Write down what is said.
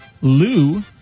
Lou